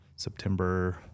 September